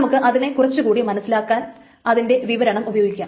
നമുക്ക് അതിനെ കുറച്ചു കൂടി മനസ്സിലാക്കാൻ അതിന്റെ വിവരണം ഉപയോഗിക്കാം